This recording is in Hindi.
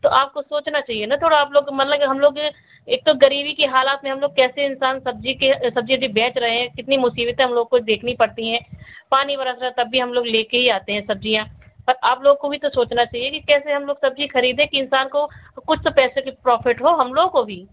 तो आपको सोचना चाहिए ना थोड़ा आप लोग मतलब हम लोग एक तो ग़रीबी की हालात में हम लोग कैसे इंसान सब्ज़ी के सब्ज़ी उब्जी बेच रहे हैं कितनी मुसीबतें हम लोग को देखनी पड़ती हैं पानी बरस रहा है तब भी हम लोग लेकर ही आते है सब्ज़ियाँ पर आप लोगों को भी तो सोचना चाहिए कि कैसे हम लोग सब्ज़ी ख़रीदें कि इंसान को कुछ तो पैसे की प्रोफ़िट हो हम लोगों को भी